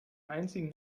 einzigen